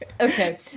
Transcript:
Okay